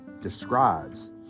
describes